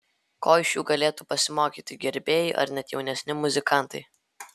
ko iš jų galėtų pasimokyti gerbėjai ar net jaunesni muzikantai